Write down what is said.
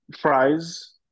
fries